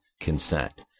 consent